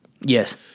Yes